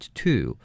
two